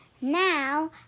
Now